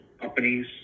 companies